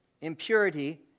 impurity